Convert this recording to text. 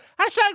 Hashtag